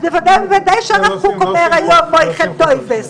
אז בוודאי ובוודאי שהרב קוק אומר היום "מויחל טויבס".